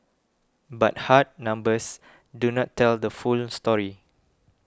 but hard numbers do not tell the full story